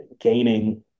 gaining